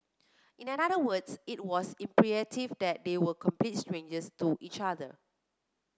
in another words it was imperative that they were complete strangers to each other